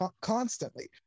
constantly